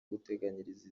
guteganyiriza